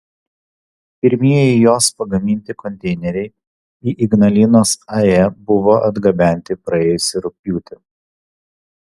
pirmieji jos pagaminti konteineriai į ignalinos ae buvo atgabenti praėjusį rugpjūtį